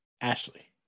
Ashley